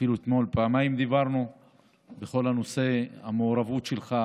אפילו אתמול דיברנו פעמיים על כל הנושא של המעורבות שלך,